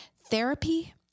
Therapy